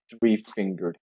three-fingered